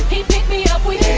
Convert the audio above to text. me up with